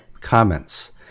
comments